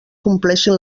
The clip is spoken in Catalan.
compleixin